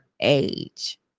age